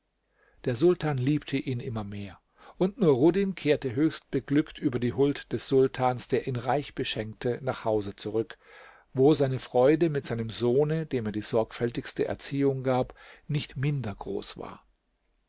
der sultan liebte ihn immer mehr und nuruddin kehrte höchst beglückt über die huld des sultans der ihn reich beschenkte nach hause zurück wo seine freude mit seinem sohne dem er die sorgfältigste erziehung gab nicht minder groß war